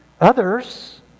others